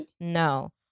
No